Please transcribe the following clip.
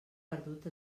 perdut